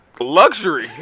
luxury